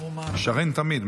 שרן תמיד,